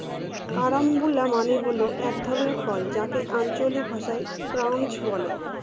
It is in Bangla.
কারাম্বুলা মানে হল এক ধরনের ফল যাকে আঞ্চলিক ভাষায় ক্রাঞ্চ বলে